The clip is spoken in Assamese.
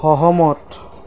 সহমত